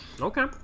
Okay